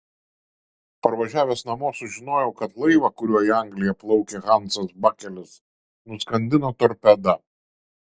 parvažiavęs namo sužinojau kad laivą kuriuo į angliją plaukė hansas bakelis nuskandino torpeda